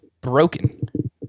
broken